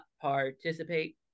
participate